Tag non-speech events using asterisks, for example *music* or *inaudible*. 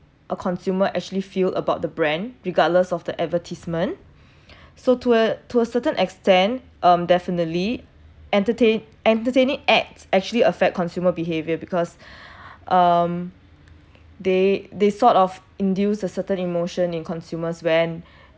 a consumer actually feel about the brand regardless of the advertisement *breath* so to a to a certain extent um definitely entertain entertaining act actually affect consumer behaviour because um they they sort of induce a certain emotion in consumers when